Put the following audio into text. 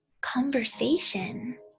conversation